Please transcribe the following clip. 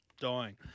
dying